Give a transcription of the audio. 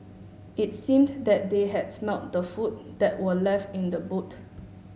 it seemed that they had smelt the food that were left in the boot